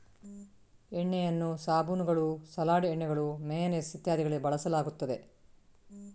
ಎಣ್ಣೆಯನ್ನು ಸಾಬೂನುಗಳು, ಸಲಾಡ್ ಎಣ್ಣೆಗಳು, ಮೇಯನೇಸ್ ಇತ್ಯಾದಿಗಳಲ್ಲಿ ಬಳಸಲಾಗುತ್ತದೆ